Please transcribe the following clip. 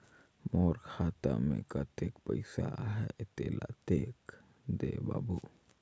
मोर खाता मे कतेक पइसा आहाय तेला देख दे बाबु?